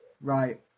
Right